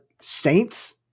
saints